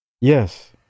Yes